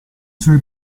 suoi